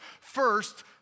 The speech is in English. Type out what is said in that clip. First